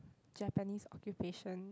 Japanese occupation